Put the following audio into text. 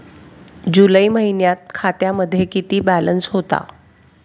जुलै महिन्यात खात्यामध्ये किती बॅलन्स होता?